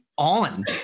on